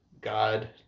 god